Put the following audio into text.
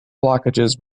blockages